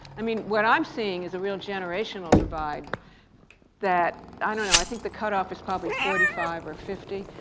i mean what i'm seeing is a real generational divide that, i don't know, i think the cutoff is probably forty five or fifty,